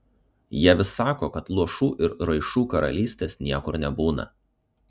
jie vis sako kad luošų ir raišų karalystės niekur nebūna